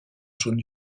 jaune